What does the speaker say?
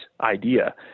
idea